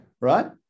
right